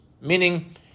meaning